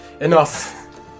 Enough